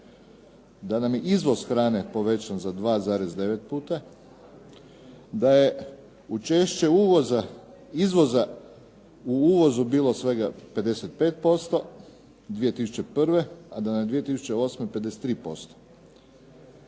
da nam je izvoz hrane povećan za 2,9 puta, da je učešće izvoza u uvozu bilo svega 55% 2001., a da nam je 2008. 53%